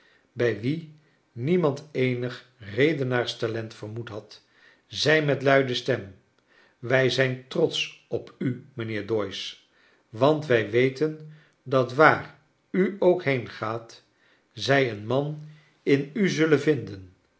bij wien niemand eenig redenaars talent vermoed had zei met luide stem wij zijn trotsch op u mijnheer doyce want wij weten dat waar u ook heengaat zij een man in n zullen vinden